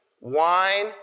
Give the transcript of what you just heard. wine